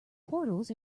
portals